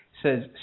says